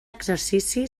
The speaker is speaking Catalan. exercici